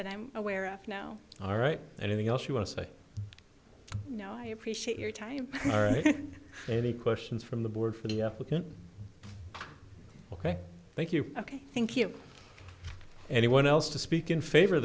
that i'm aware of no all right anything else you want to say no i appreciate your time any questions from the board for the applicant ok thank you ok thank you anyone else to speak in favor of